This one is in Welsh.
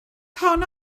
honno